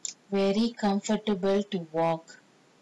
very comfortable to walk